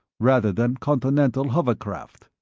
rather than continental hovercraft.